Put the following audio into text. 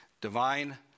Divine